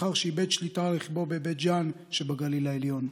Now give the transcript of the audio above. לאחר שאיבד שליטה על רכבו בבית ג'ן שבגליל העליון,